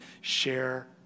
share